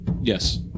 Yes